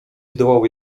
zdołał